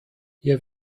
hier